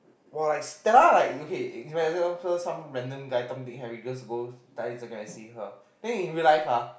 like star like okay for example some random guy Tom Dick Harry just go Thai to see her then in real life